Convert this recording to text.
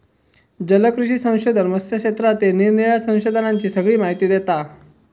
जलकृषी संशोधन मत्स्य क्षेत्रातील निरानिराळ्या संशोधनांची सगळी माहिती देता